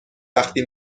وقتی